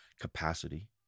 capacity